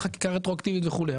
חקיקה רטרואקטיבית וכולי,